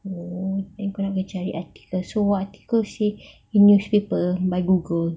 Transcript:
oh then kau orang kena cari articles so what the article seh in newspaper by google